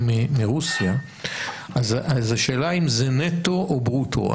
מרוסיה אז השאלה אם זה נטו או ברוטו.